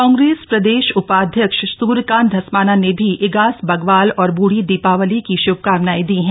कांग्रेस के प्रदेश उपाध्यक्ष सूर्यकांत धस्मान ने भी ईगास बग्वाल और ब्रूढ़ी दीपावली पर्व की श्भकामनाएं दी हैं